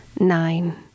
Nine